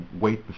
wait